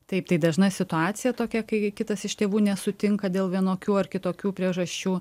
taip tai dažna situacija tokia kai kitas iš tėvų nesutinka dėl vienokių ar kitokių priežasčių